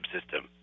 system